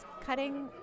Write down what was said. cutting